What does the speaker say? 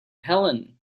helen